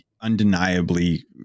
undeniably